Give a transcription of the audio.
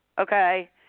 okay